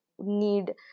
need